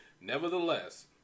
Nevertheless